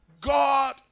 God